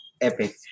epic